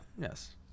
Yes